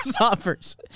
Offers